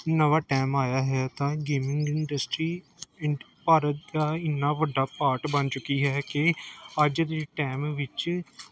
ਨਵਾਂ ਟਾਈਮ ਆਇਆ ਹੈ ਤਾਂ ਗੇਮਿੰਗ ਇੰਡਸਟਰੀ ਇੰਨ ਭਾਰਤ ਦਾ ਇੰਨਾ ਵੱਡਾ ਪਾਰਟ ਬਣ ਚੁੱਕੀ ਹੈ ਕਿ ਅੱਜ ਦੇ ਟਾਈਮ ਵਿੱਚ